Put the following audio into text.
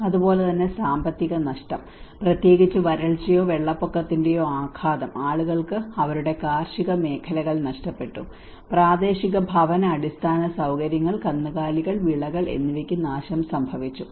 അതുപോലെ തന്നെ സാമ്പത്തിക നഷ്ടം പ്രത്യേകിച്ച് വരൾച്ചയോ വെള്ളപ്പൊക്കത്തിന്റെയോ ആഘാതം ആളുകൾക്ക് അവരുടെ കാർഷിക മേഖലകൾ നഷ്ടപ്പെട്ടു പ്രാദേശിക ഭവന അടിസ്ഥാന സൌകര്യങ്ങൾ കന്നുകാലികൾ വിളകൾ എന്നിവയ്ക്ക് നാശം സംഭവിച്ചു